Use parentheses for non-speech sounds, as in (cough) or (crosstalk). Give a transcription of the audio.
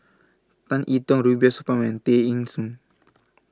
Tan Yi Tong Rubiah Supar and Tay Eng Soon (noise)